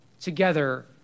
together